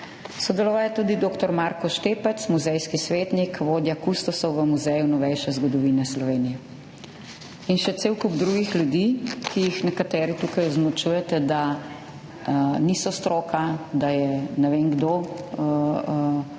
Sodeloval je tudi dr. Marko Štepec, muzejski svetnik, vodja kustosov v Muzeju novejše zgodovine Slovenije. In še cel kup drugih ljudi, ki jih nekateri tukaj označujete, da niso stroka, da je ne vem kdo